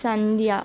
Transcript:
సంధ్య